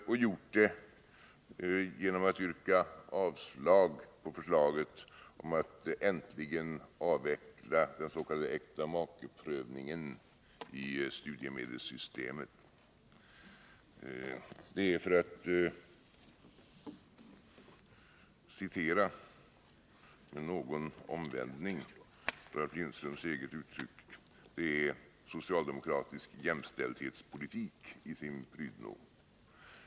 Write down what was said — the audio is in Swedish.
Man har gjort det genom att yrka avslag på förslaget om att äntligen avveckla den s.k. äktamakeprövningen i studiemedelssystemet. Det är, för att något omvänt citera Ralf Lindströms eget uttryck, socialdemokratisk jämställdhetspolitik i sin prydno.